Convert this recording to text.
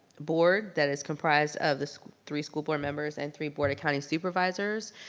board that is comprised of the three school board members and three board of county supervisors.